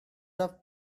rough